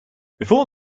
before